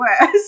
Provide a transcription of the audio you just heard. worse